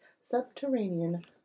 Subterranean